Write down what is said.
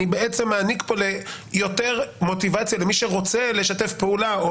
אני בעצם מעניק כאן יותר מוטיבציה למי שרוצה לשתף פעולה או